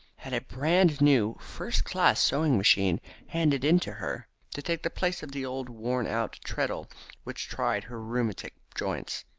had a brand new first-class sewing-machine handed in to her to take the place of the old worn-out treadle which tried her rheumatic joints.